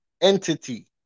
entity